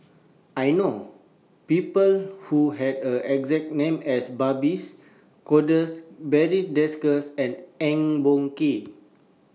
I know People Who Have The exact name as Babes Conde Barry Desker and Eng Boh Kee